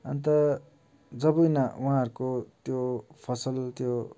अन्त जब यिनी उहाँहरूको त्यो फसल त्यो